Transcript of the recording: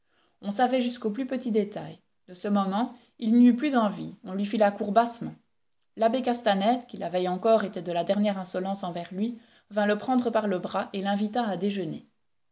on savait jusqu'aux plus petits détails de ce moment il n'y eut plus d'envie on lui fit la cour bassement l'abbé castanède qui la veille encore était de la dernière insolence envers lui vint le prendre par le bras et l'invita à déjeuner